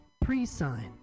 pre-sign